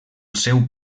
seu